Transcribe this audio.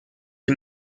die